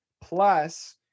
plus